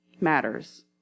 matters